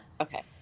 Okay